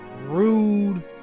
Rude